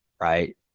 right